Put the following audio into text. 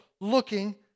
looking